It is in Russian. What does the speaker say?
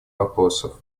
вопросов